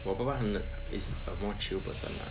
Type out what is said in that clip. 我爸爸很 is a more chill person lah